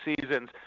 seasons